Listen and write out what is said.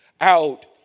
out